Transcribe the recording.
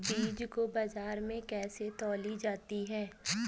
बीज को बाजार में कैसे तौली जाती है?